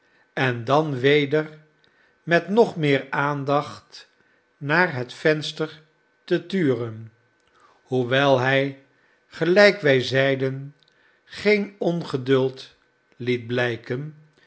en dan weder met nog meer aandacht naar het venster te turen hoewel hij gelijk wij zeiden geen ongeduld liet blijken